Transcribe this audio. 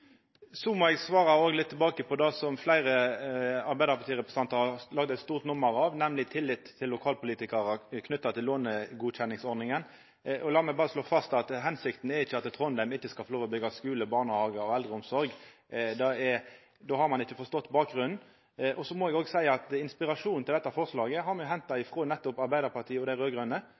må eg svara litt tilbake på det som fleire arbeidarpartirepresentantar gjorde eit stort nummer av, nemlig tillit til lokalpolitikarar knytt til lånegodkjenningsordninga. Lat meg berre slå fast at hensikta er ikkje at Trondheim ikkje skal få lov til å byggja skule, barnehagar og eldreomsorg – då har ein ikkje forstått bakgrunnen. Så må eg òg seia at inspirasjonen til dette forslaget har me henta frå nettopp Arbeidarpartiet og dei